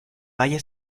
valle